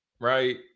right